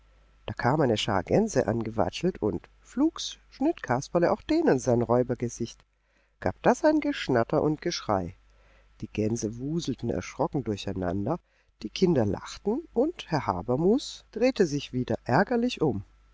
da kam eine schar gänse angewatschelt und flugs schnitt kasperle auch denen sein räubergesicht gab das ein geschnatter und geschrei die gänse wuselten erschrocken durcheinander die kinder lachten und herr habermus drehte sich wieder ärgerlich um